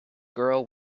girl